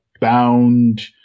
bound